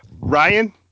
Ryan